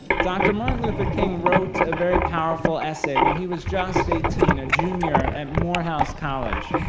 dr. martin luther king wrote a very powerful essay when he was just eighteen, a junior at morehouse college.